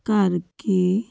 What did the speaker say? ਕਰਕੇ